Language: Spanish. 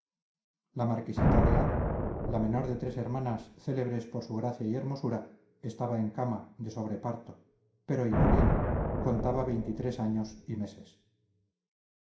la marquesita de a la menor de tres hermanas célebres por su gracia y hermosura estaba en cama de sobreparto pero iba bien contaba veintitrés años y meses